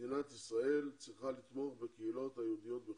מדינת ישראל צריכה לתמוך בקהילות היהודיות בחו"ל.